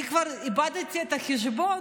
אני כבר איבדתי את החשבון,